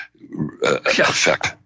effect